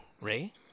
Ray